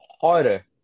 harder